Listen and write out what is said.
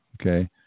Okay